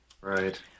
Right